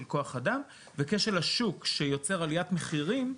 כוח אדם וכשל השוק שיוצר עליית מחירים,